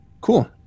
Cool